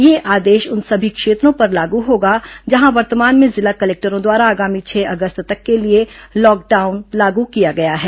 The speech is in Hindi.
यह आदेश उन सभी क्षेत्रों पर लागू होगा जहां वर्तमान में जिला कलेक्टरों द्वारा आगामी छह अगस्त तक के लिए लॉकडाउन लागू किया गया है